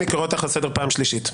אני קורא אותך לסדר פעם שלישית.